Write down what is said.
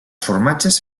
formatges